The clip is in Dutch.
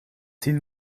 zien